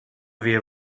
wir